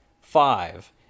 Five